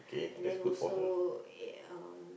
and then so ya